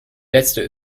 letzte